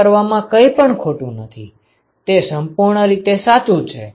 તે કરવામાં કંઇપણ ખોટું નથી તે સંપૂર્ણ રીતે સાચું છે